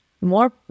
more